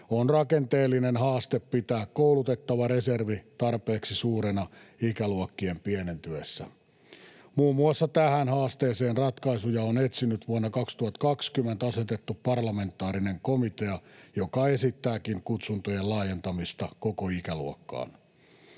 on rakenteellinen haaste pitää koulutettava reservi tarpeeksi suurena ikäluokkien pienentyessä. Muun muassa tähän haasteeseen ratkaisuja on etsinyt vuonna 2020 asetettu parlamentaarinen komitea, joka esittääkin kutsuntojen laajentamista koko ikäluokkaan.